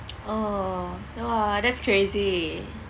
oh !wah! that's crazy